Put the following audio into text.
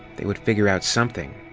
they would figure out something.